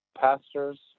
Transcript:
pastors